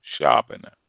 sharpener